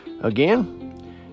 again